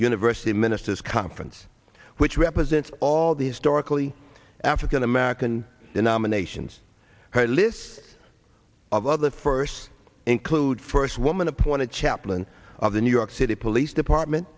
university ministers conference which represents all these dorothy african american nominations her list of of the first include first woman appointed chaplain of the new york city police department